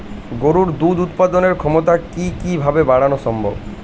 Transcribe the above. গরুর দুধ উৎপাদনের ক্ষমতা কি কি ভাবে বাড়ানো সম্ভব?